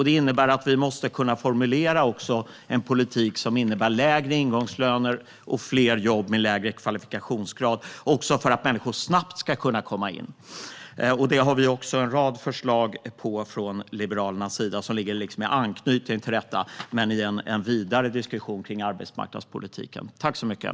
Det innebär att vi måste kunna formulera en politik som innebär lägre ingångslöner och fler jobb med lägre kvalifikationskrav för att människor snabbt ska kunna komma in. Från Liberalernas sida har vi också en rad förslag med anknytning till detta men i en vidare diskussion om arbetsmarknadspolitiken.